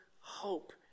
hope